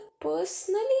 Personally